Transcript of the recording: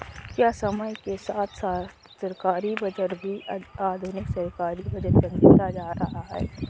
क्या समय के साथ सरकारी बजट भी आधुनिक सरकारी बजट बनता जा रहा है?